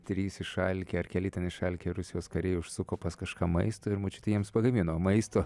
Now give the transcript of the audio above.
trys išalkę ar keli ten išalkę rusijos kariai užsuko pas kažką maisto ir močiutė jiems pagamino maisto